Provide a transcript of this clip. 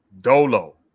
Dolo